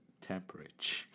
temperature